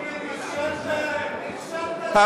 נכשלת, נכשלת, לך הביתה.